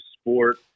sport